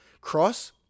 cross